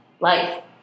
life